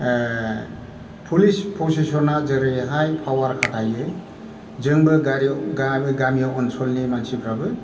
police प्रसासना जेरैहाय पावार खातायो जोंबो गामि ओनसोलनि मानसिफोराबो